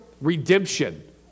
redemption